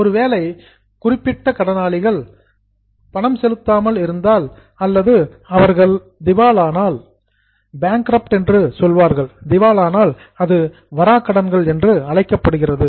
ஒருவேளை ஒரு குறிப்பிட்ட கடனாளிகள் நான் பேயிங் பணம் செலுத்தாமல் அல்லது அவர்கள் பேங்க்ரஃப்ட் திவாலானால் அது வராக்கடன்கள் என்று அழைக்கப்படுகிறது